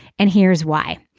and here's why.